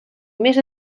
més